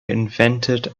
invented